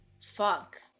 fuck